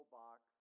box